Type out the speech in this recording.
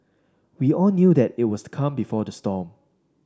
we all knew that it was the calm before the storm